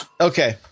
Okay